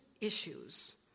issues